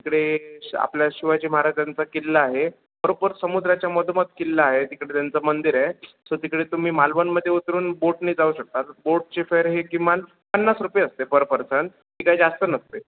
तिकडे श आपल्या शिवाजी महाराजांचा किल्ला आहे बरोबर समुद्राच्या मधोमध किल्ला आहे तिकडे त्यांचं मंदिर आहे सो तिकडे तुम्ही मालवणमध्ये उतरून बोटने जाऊ शकता बोटचे फेअर हे किमान पन्नास रुपये असते पर पर्सन की काही जास्त नसते